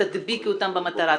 תדביקי אותם במטרה,